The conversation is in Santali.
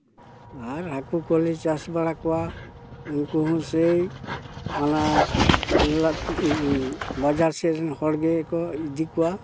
ᱟᱨ ᱦᱟᱹᱠᱩ ᱠᱚᱞᱮ ᱪᱟᱥ ᱵᱟᱲᱟ ᱠᱚᱣᱟ ᱩᱱᱠᱩ ᱦᱚᱸ ᱥᱮᱭ ᱚᱱᱟ ᱵᱟᱡᱟᱨ ᱥᱮᱡ ᱨᱮᱱ ᱦᱚᱲ ᱜᱮᱠᱚ ᱤᱫᱤ ᱠᱚᱣᱟ